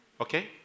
Okay